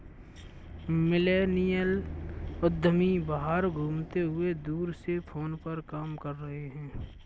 millennial उद्यमी बाहर घूमते हुए दूर से फोन पर काम कर रहे हैं